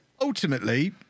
ultimately